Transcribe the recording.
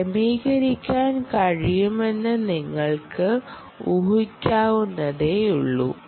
ക്രമീകരിക്കാൻ കഴിയുമെന്ന് നിങ്ങൾക്ക് ഊഹിക്കാവുന്നതേയുള്ളൂ